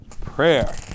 prayer